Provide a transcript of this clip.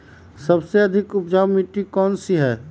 सबसे अधिक उपजाऊ मिट्टी कौन सी हैं?